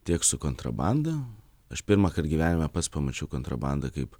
tiek su kontrabanda aš pirmąkart gyvenime pats pamačiau kontrabandą kaip